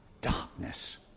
darkness